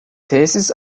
tesis